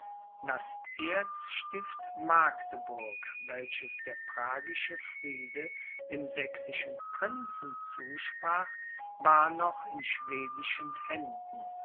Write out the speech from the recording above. das erzstift magdeburg welches der pragische friede dem sächsischen prinzen zusprach war noch in schwedischen händen